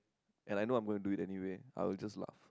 and I know I'm going do it anyway I will just laugh